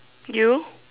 you